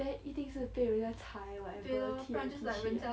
then 一定是被人家踩 whatever 踢来踢去